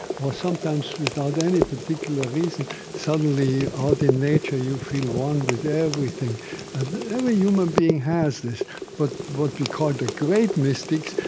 or sometimes, without any particular reason, suddenly out in nature you feel one with everything. and every human being has this but what we call the great mystics,